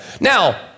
Now